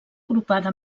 agrupada